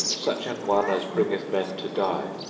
such an one as bringeth men to die.